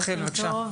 רחל בבקשה.